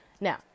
Now